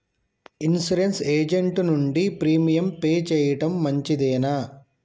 Insurance agent నుండి premium pay చేయడం మంచిదేనా?